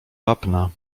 wapna